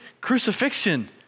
crucifixion